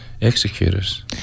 Executors